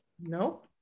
No